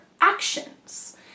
actions